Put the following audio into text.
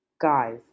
Guys